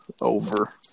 Over